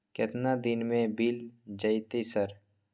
केतना दिन में मिल जयते सर?